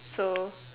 so